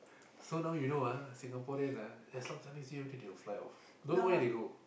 so now you know ah Singaporean ah as long Chinese-New-Year only they will fly off don't know where they go